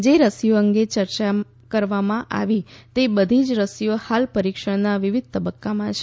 જે રસીઓ અંગે ચર્ચા કરવામાં આવી તે બધી જ રસીઓ હાલ પરીક્ષણના વિવિદ તબક્કામાં છે